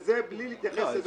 זה לא מעט.